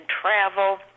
travel